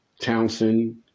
Townsend